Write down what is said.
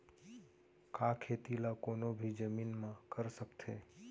का खेती ला कोनो भी जमीन म कर सकथे?